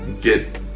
get